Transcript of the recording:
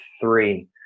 three